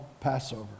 Passover